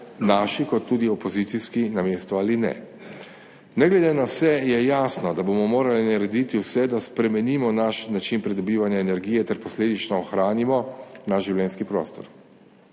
naši kot tudi opozicijski, na mestu ali ne. Ne glede na vse je jasno, da bomo morali narediti vse, da spremenimo naš način pridobivanja energije ter posledično ohranimo naš življenjski prostor.